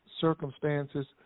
circumstances